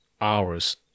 hours